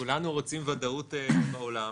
כולנו רוצים ודאות בעולם.